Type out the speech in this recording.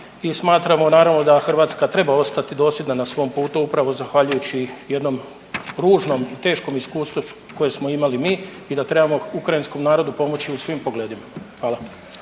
i smatramo naravno da Hrvatska treba ostati dosljedna na svom putu upravo zahvaljujući jednom ružnom, teškom iskustvu koje smo imali mi i da trebamo ukrajinskom narodu pomoći u svim pogledima. Hvala.